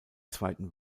zweiten